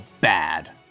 bad